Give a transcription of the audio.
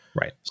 Right